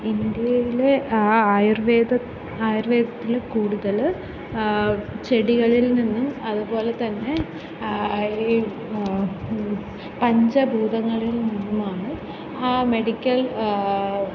ഇന്ത്യയിലെ ആ ആയുർവേദത് ആയുർവേദത്തിൽ കൂടുതൽ ചെടികളിൽ നിന്നും അതുപോലെ തന്നെ ഈ പഞ്ചഭൂതങ്ങളിൽ നിന്നുമാണ് ആ മെഡിക്കൽ